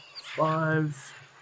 Five